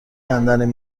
کندن